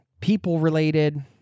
people-related